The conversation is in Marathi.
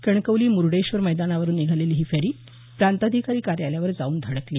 कणकवली मुर्डेश्वर मैदानावरून निघालेली ही फेरी प्रांताधिकारी कार्यालयावर जाऊन धडकली